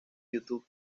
youtube